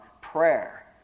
prayer